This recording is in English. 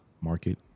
market